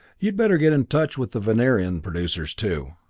you'd better get in touch with the venerian producers, too.